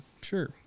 Sure